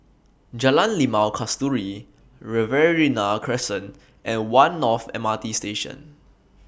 Jalan Limau Kasturi Riverina Crescent and one North M R T Station